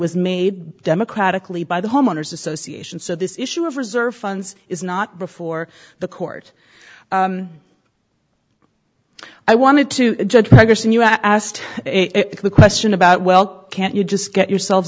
was made democratically by the homeowners association so this issue of reserve funds is not before the court i wanted to judge henderson you asked the question about well can't you just get yoursel